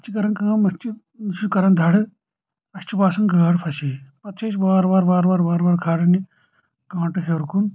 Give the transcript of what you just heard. اتھ چھِ کران کٲم اتھ چھِ یہِ چھِ کران درٕ اسہِ چھُ باسان گٲڈ پھسے پتہٕ چھِ ٲسۍ وار وار وار وار وار وار کھالان یہِ کٲنٛٹہٕ ہیوٚر کُن